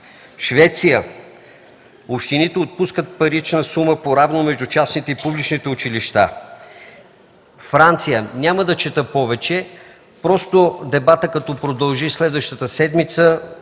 Швеция – общините отпускат парична сума поравно между частните и публичните училища. Франция – няма да чета повече. Като продължи дебатът следващата седмица,